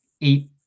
Eight